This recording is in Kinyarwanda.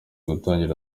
gutangira